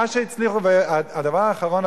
הדבר האחרון,